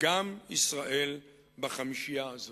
גם ישראל בחמישייה הזאת.